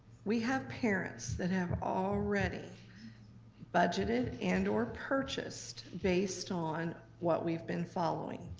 we have parents that have already budgeted and or purchased based on what we've been following.